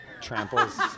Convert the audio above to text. tramples